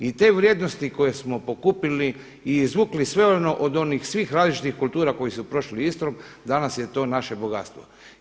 I te vrijednosti koje smo pokupili i izvukli sve ono od onih svih različitih kultura koje su prošle Istrom, danas je to naše bogatstvo.